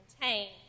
maintain